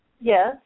Yes